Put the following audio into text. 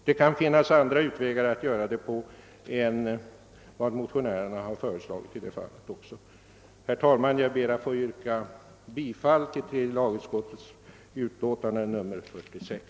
Och då kan det finnas andra vägar att gå än den motionärerna har föreslagit. Herr talman! Jag ber att få yrka bifall till tredje lagutskottets hemställan i utlåtande nr 46.